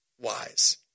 wise